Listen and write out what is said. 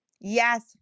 Yes